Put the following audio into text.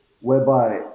whereby